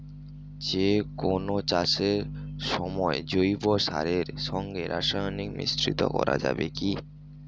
যে কোন চাষের সময় জৈব সারের সঙ্গে রাসায়নিক মিশ্রিত করা যাবে কি?